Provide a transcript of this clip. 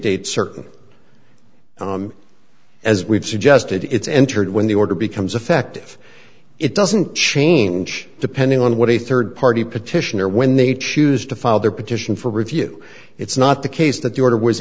date certain as we've suggested it's entered when the order becomes effective it doesn't change depending on what a third party petition or when they choose to file their petition for review it's not the case that the order was